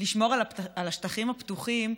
לשמור על השטחים הפתוחים,